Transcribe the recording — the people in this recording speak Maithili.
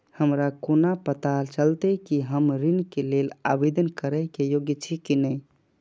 हमरा कोना पताा चलते कि हम ऋण के लेल आवेदन करे के योग्य छी की ने?